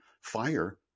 fire